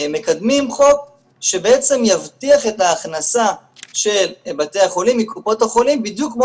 מקדמים חוק שיבטיח את ההכנסה של בתי החולים מקופות החולים בדיוק כמו